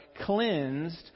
cleansed